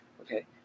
Okay